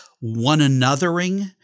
one-anothering